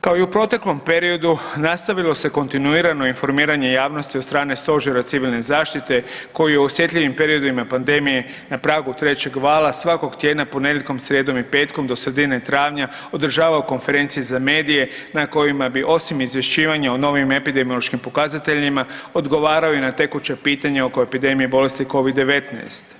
Kao i u proteklom periodu nastavilo se kontinuirao informiranje javnosti od strane Stožera civilne zaštite koji je u osjetljivim periodima pandemije na pragu trećeg vala svakog tjedna ponedjeljkom, srijedom i petkom do sredine travnja održavao konferencije za medije na kojima bi osim izvješćivanja o novim epidemiološkim pokazateljima odgovarao i na tekuće pitanje oko epidemije bolesti Covid-19.